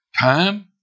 time